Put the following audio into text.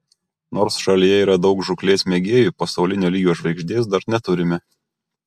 nors šalyje yra daug žūklės mėgėjų pasaulinio lygio žvaigždės dar neturime